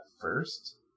first